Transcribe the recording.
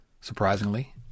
surprisingly